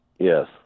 yes